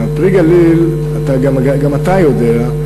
"פרי הגליל" גם אתה יודע,